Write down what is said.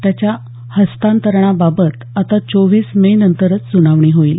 त्याच्या हस्तांतरणाबाबत आता चोवीस मेनंतरच सुनावणी होईल